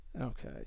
Okay